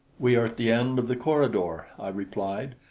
we are at the end of the corridor, i replied,